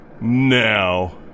Now